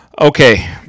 Okay